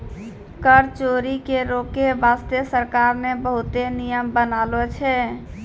कर चोरी के रोके बासते सरकार ने बहुते नियम बनालो छै